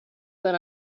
then